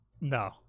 No